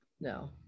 No